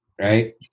right